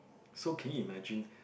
so can you imagine